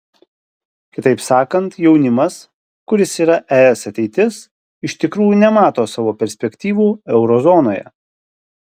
kitaip sakant jaunimas kuris yra es ateitis iš tikrųjų nemato savo perspektyvų euro zonoje